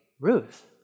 Ruth